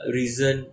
reason